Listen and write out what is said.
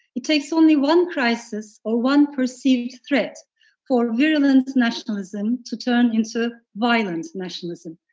it takes only one crisis or one perceived threat for virulent nationalism to turn into violent nationalism.